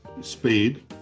speed